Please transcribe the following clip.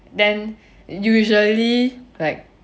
then usually like